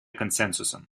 консенсусом